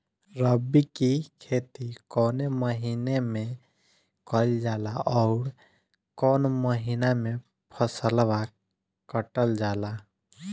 रबी की खेती कौने महिने में कइल जाला अउर कौन् महीना में फसलवा कटल जाला?